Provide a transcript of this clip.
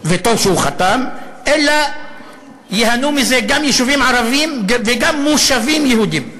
וטוב שהוא חתם אלא ייהנו מזה גם יישובים ערביים וגם מושבים יהודיים.